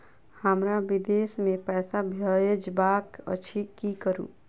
हमरा विदेश मे पैसा भेजबाक अछि की करू?